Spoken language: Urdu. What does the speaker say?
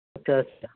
اچھا اچھا